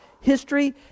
history